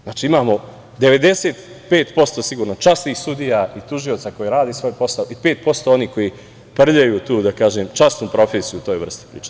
Znači, imamo 95% sigurno časnih sudija i tužioca koji rade svoj posao i 5% onih koji prljaju tu, da kažem, časnu profesiju u toj vrsti priče.